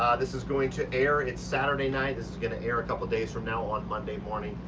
this is going to air, it's saturday night. this is going to air a couple of days from now on monday morning.